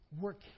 work